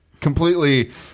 completely